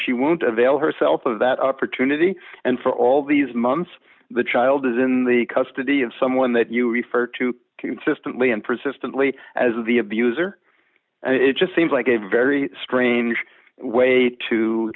she won't avail herself of that opportunity and for all these months the child is in the custody of someone that you refer to consistently and persistently as the abuser and it just seems like a very strange way to